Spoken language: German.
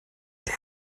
der